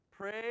Pray